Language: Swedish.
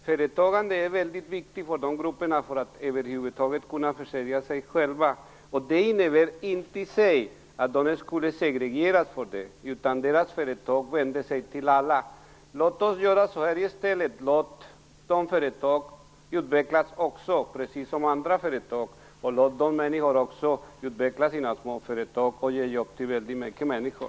Företagande är väldigt viktigt för de grupperna för att de över huvud taget skall kunna försörja sig själva. Det innebär inte i sig att de skulle segregeras, utan deras företag vänder sig till alla. Låt oss göra så här i stället: Låt deras företag utvecklas precis som andra företag! Låt de människorna också utveckla sina småföretag och ge jobb till väldigt många människor!